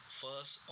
first